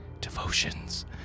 devotions